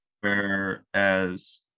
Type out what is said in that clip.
whereas